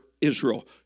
Israel